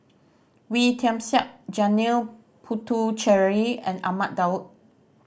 Wee Tian Siak Janil Puthucheary and Ahmad Daud